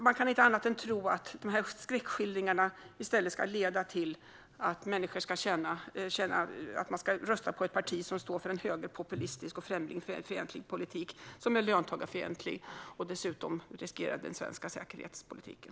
Man kan inte annat än tro att skräckskildringarna ska leda till att människor ska rösta på ett parti som står för en högerpopulistisk, främlingsfientlig och löntagarfientlig politik. Den riskerar dessutom den svenska säkerhetspolitiken.